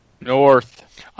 North